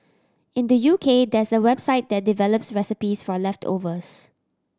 in the U K there's a website that develops recipes for leftovers